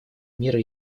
мира